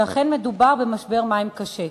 בואו נניח שאומנם מדובר במשבר מים קשה.